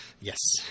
Yes